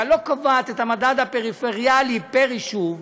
לא קובעת את המדד הפריפריאלי פר-יישוב,